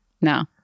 no